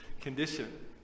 Condition